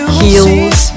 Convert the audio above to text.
heals